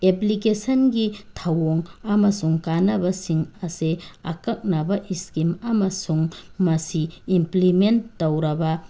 ꯑꯦꯄ꯭ꯂꯤꯀꯦꯁꯟꯒꯤ ꯊꯧꯑꯣꯡ ꯑꯃꯁꯨꯡ ꯀꯥꯟꯅꯕꯁꯤꯡ ꯑꯁꯤ ꯑꯀꯛꯅꯕ ꯏꯁꯀꯤꯝ ꯑꯃꯁꯨꯡ ꯃꯁꯤ ꯏꯝꯄ꯭ꯂꯤꯃꯦꯟ ꯇꯧꯔꯕ